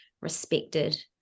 respected